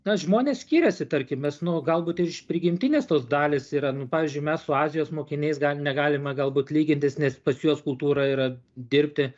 na žmonės skiriasi tarkim nes nu galbūt ir iš prigimtinės tos dalys yra nu pavyzdžiui mes su azijos mokiniais gal negalime galbūt lygintis nes pas juos kultūra yra dirbti